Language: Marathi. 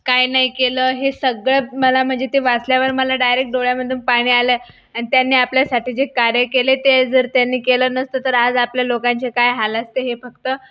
काय नाही केलं हे सगळं मला म्हणजे ते वाचल्यावर मला डायरेक्ट डोळ्यामधून पाणी आलं आणि त्यांनी आपल्यासाठी जे कार्य केले ते जर त्यांनी केलं नसतं तर आज आपल्या लोकांचे काय हाल असते हे फक्त